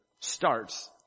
starts